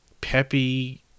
peppy